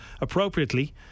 appropriately